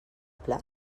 plats